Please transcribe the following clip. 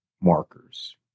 markers